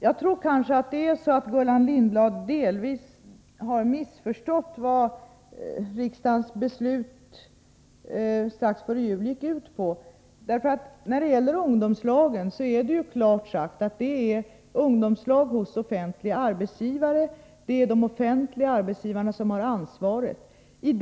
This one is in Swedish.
Herr talman! Jag tror att Gullan Lindblad delvis har missuppfattat vad riksdagens beslut strax före jul gick ut på. Det är nämligen klart sagt att det i första hand är fråga om ungdomslag hos offentliga arbetsgivare. Det är de offentliga arbetsgivarna som har ansvaret.